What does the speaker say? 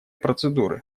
процедуры